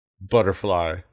Butterfly